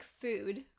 food